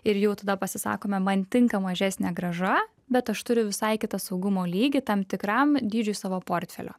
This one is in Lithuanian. ir jau tada pasisakome man tinka mažesnė grąža bet aš turiu visai kitą saugumo lygį tam tikram dydžiui savo portfelio